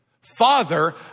father